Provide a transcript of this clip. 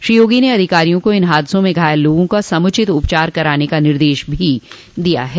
श्री योगी ने अधिकारियों को इन हादसों में घायल लोगों का समुचित उपचार कराने का निर्देश भी दिया है